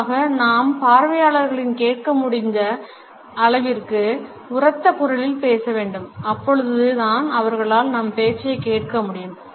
பொதுவாக நாம் பார்வையாளர்களால் கேட்க முடிந்த அளவிற்கு உரத்த குரலில் பேச வேண்டும் அப்பொழுது தான் அவர்களால் நம் பேச்சை கேட்க முடியும்